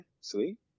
Sweet